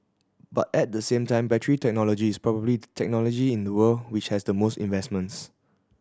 but at the same time battery technology is probably the technology in the world which has the most investments